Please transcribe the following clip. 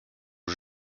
aux